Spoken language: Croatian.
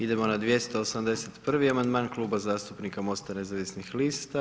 Idemo na 281. amandman Kluba zastupnika MOST-a nezavisnih lista.